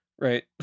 right